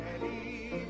ready